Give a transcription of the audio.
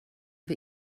wir